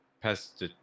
pest